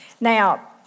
Now